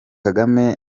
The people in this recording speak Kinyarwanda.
kagame